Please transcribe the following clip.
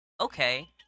Okay